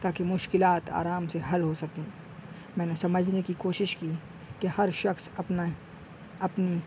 تاکہ مشکلات آرام سے حل ہو سکیں میں نے سمجھنے کی کوشش کی کہ ہر شخص اپنا اپنی